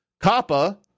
COPPA